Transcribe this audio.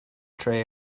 tray